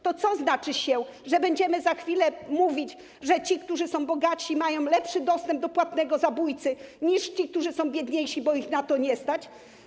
To co znaczy, że będziemy za chwilę mówić, że ci, którzy są bogatsi, mają lepszy dostęp do płatnego zabójcy niż ci, którzy są biedniejsi, bo ich na to nie stać?